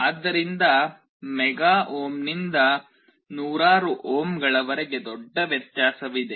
ಆದ್ದರಿಂದ ಮೆಗಾ ಓಮ್ನಿಂದ ನೂರಾರು ಓಮ್ಗಳವರೆಗೆ ದೊಡ್ಡ ವ್ಯತ್ಯಾಸವಿದೆ